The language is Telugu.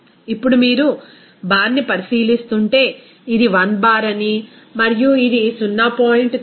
ఇప్పుడు మీరు బార్ని పరిశీలిస్తుంటే ఇది 1 బార్ అని మరియు ఇది 0